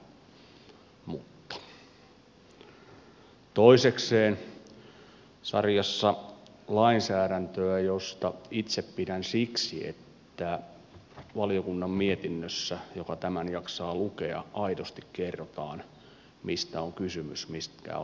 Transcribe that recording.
toisekseen sarjassa lainsäädäntöä josta itse pidän siksi että valiokunnan mietinnössä jos tämän jaksaa lukea aidosti kerrotaan mistä on kysymys mitkä ovat ongelmat